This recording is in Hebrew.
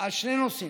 על שני נושאים: